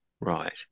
right